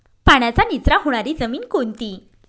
पाण्याचा निचरा होणारी जमीन कोणती?